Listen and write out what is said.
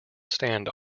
stand